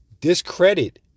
discredit